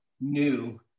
new